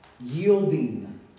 yielding